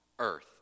earth